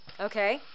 Okay